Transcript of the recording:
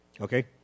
Okay